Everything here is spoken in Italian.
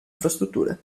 infrastrutture